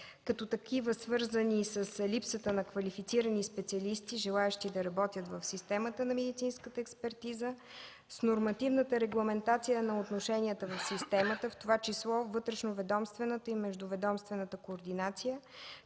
като: свързани с липсата на квалифицирани специалисти, желаещи да работят в системата на медицинската експертиза; с нормативната регламентация на отношенията в системата, в това число вътрешноведомствената и междуведомствената координация;